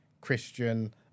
christian